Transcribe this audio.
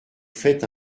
fait